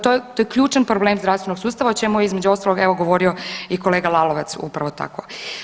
To je ključan problem zdravstvenog sustava o čemu je između ostalog evo govorio i kolega Lalovac upravo tako.